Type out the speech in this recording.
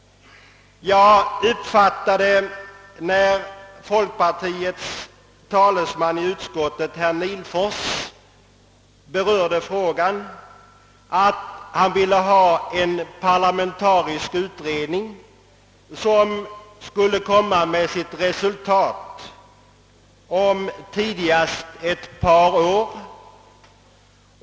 tet, herr Nihlfors, berörde frågan uppfattade jag det så, att denna parlamentariska utredning skulle komma med sitt resultat om tidigast ett par år.